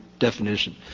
definition